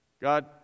God